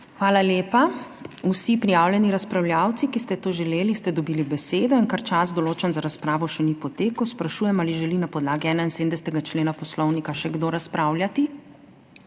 Hvala lepa. Vsi prijavljeni razpravljavci, ki ste to želeli, ste dobili besedo. Ker čas, določen za razpravo, še ni potekel, sprašujem, ali želi na podlagi 71. člena Poslovnika še kdo razpravljati.